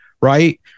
right